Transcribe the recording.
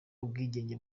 ubwigenge